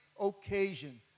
occasion